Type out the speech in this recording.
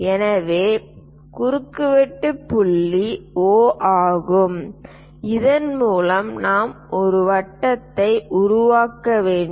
எனவே குறுக்குவெட்டு புள்ளி O ஆகும் இதன் மூலம் நாம் ஒரு வட்டத்தை உருவாக்க வேண்டும்